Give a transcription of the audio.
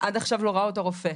עד עכשיו לא ראה אותו רופא.